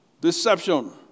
Deception